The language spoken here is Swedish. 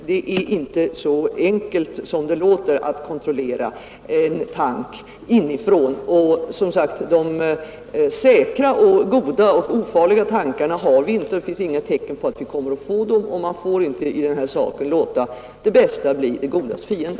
Det är inte så enkelt som det låter att kontrollera en tank inifrån. De säkra och goda och ofarliga tankarna har vi som sagt inte, och det finns inga tecken på att vi kommer att få dem. Man får inte i det här sammanhanget låta det bästa bli det godas fiende.